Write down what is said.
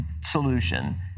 solution